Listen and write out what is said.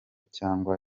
cyangwa